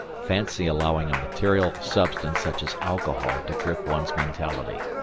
fancy allowing a material substance such as alcohol to grip one's mentality.